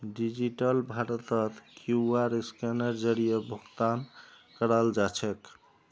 digital भारतत QR स्कैनेर जरीए भुकतान कराल जाछेक